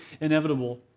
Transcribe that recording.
inevitable